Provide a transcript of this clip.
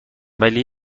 ولی